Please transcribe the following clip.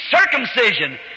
circumcision